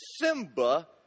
Simba